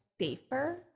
safer